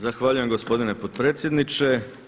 Zahvaljujem gospodine potpredsjedniče.